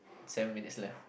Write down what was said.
seven minutes left